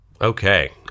Okay